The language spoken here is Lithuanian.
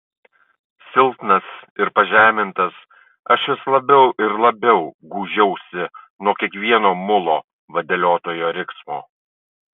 silpnas ir pažemintas aš vis labiau ir labiau gūžiausi nuo kiekvieno mulo vadeliotojo riksmo